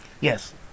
Yes